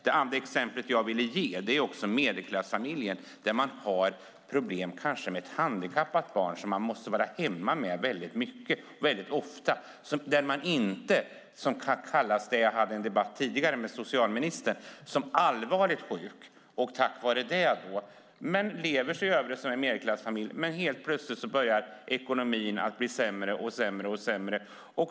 Det andra exemplet som jag ville ta upp är medelklassfamiljen som kanske har ett handikappat barn som man måste vara hemma med ofta. Jag hade tidigare en debatt med socialministern om detta. Man betraktas inte som allvarligt sjuk, men plötsligt blir ekonomin sämre och sämre.